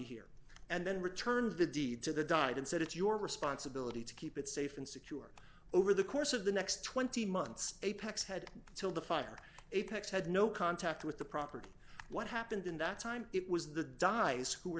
here and then returned the deed to the died and said it's your responsibility to keep it safe and secure over the course of the next twenty months apex had till the fire apex had no contact with the property what happened in that time it was the dice who were